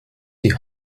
die